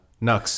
Nux